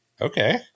Okay